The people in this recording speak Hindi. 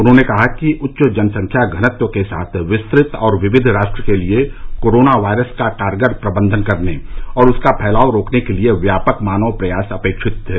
उन्होंने कहा कि उच्च जनसंख्या घनत्व के साथ विस्तृत और विविध राष्ट्र के लिए कोरोना वायरस का कारगर प्रबंधन करने और उसका फैलाव रोकने के लिए व्यापक मानव प्रयास अपेक्षित थे